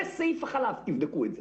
בסעיף החלב תבדקו את זה.